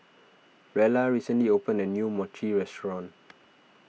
Rella recently opened a new Mochi restaurant